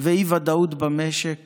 ואי-ודאות במשק